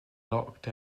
locked